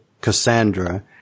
Cassandra